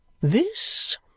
This